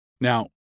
Now